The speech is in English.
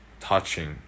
touching